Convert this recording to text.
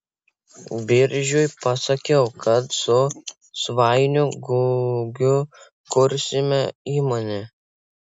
biržiui pasakiau kad su svainiu gugiu kursime įmonę